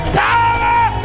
power